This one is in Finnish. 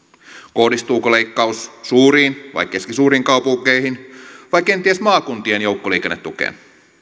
kohdistuuko leikkaus suuriin vai keskisuuriin kaupunkeihin vai kenties maakuntien joukkoliikennetukeen